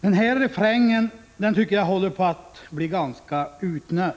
Jag tycker att den här refrängen håller på att bli ganska utnött.